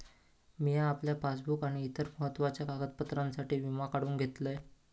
मिया आपल्या पासबुक आणि इतर महत्त्वाच्या कागदपत्रांसाठी विमा करून घेतलंय